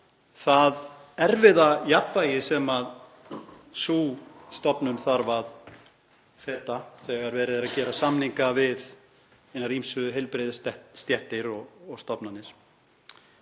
það erfiða jafnvægi sem sú stofnun þarf að feta þegar verið er að gera samninga við hinar ýmsu heilbrigðisstéttir og -stofnanir.